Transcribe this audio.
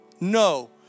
No